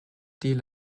deal